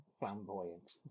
flamboyant